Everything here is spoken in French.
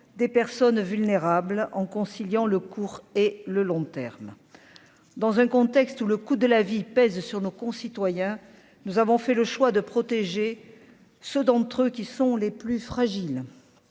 des personnes vulnérables en conciliant le court et le long terme dans un contexte où le coût de la vie pèse sur nos concitoyens, nous avons fait le choix de protéger ceux d'entre eux qui sont les plus fragiles